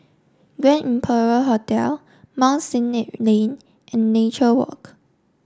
Grand Imperial Hotel Mount Sinai Lane and Nature Walk